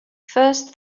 first